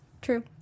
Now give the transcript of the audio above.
True